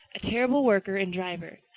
a terrible worker and driver,